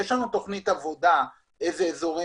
יש לנו תכנית עבודה לגבי אזורים,